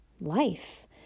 life